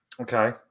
Okay